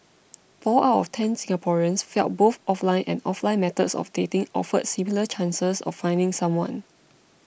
four out of ten Singaporeans felt both offline and offline methods of dating offered similar chances of finding someone